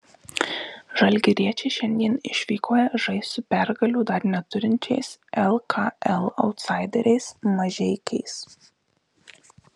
žalgiriečiai šiandien išvykoje žais su pergalių dar neturinčiais lkl autsaideriais mažeikiais